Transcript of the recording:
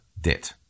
debt